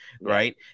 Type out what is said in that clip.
right